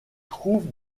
trouve